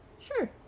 Sure